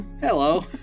Hello